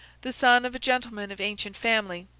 the son of a gentleman of ancient family.